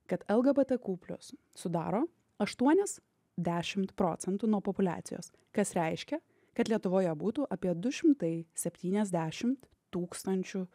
kad lgbtq plius sudaro aštuonis dešimt procentų nuo populiacijos kas reiškia kad lietuvoje būtų apie du šimtai septyniasdešimt tūkstančių